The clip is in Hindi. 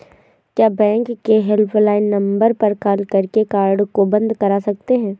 क्या बैंक के हेल्पलाइन नंबर पर कॉल करके कार्ड को बंद करा सकते हैं?